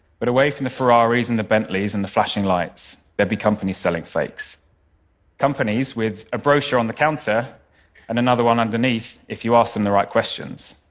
but away from the ferraris and the bentleys and the flashing lights, there'd be companies selling fakes companies with a brochure on the counter and another one underneath, if you ask them the right questions.